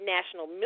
National